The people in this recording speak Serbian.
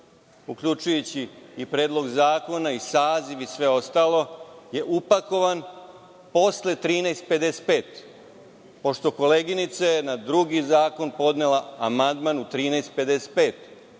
uključujući i Predlog zakona, saziv i sve ostalo, je upakovan posle 13.55 časova, pošto je koleginica na drugi zakon podnela amandman u 13.55